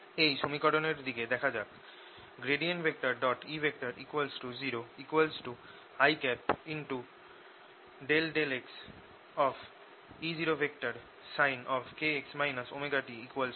এই সমীকরণের দিকে দেখা যাক E 0i∂xE0sin kx ωt 0